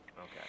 Okay